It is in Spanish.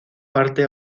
parte